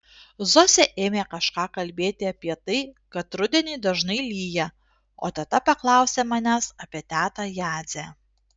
zosė ėmė kažką kalbėti apie tai kad rudenį dažnai lyja o teta paklausė manęs apie tetą jadzę